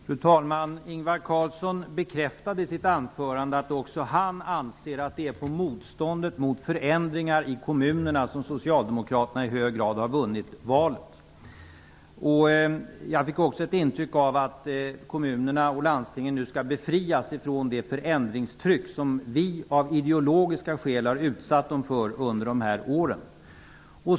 Fru talman! Ingvar Carlsson bekräftar i sitt anförande att också han anser att det är på motståndet mot förändringar i kommunerna som Socialdemokraterna i hög grad har vunnit valet. Jag fick också ett intryck av att kommunerna och landstingen nu skall befrias från det förändringstryck som vi av ideologiska skäl har utsatt dem för under de här åren.